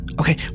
Okay